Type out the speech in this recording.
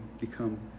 become